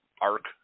arc